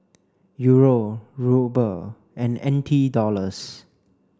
Euro Ruble and N T Dollars